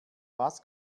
was